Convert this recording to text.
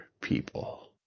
people